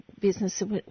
businesses